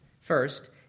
First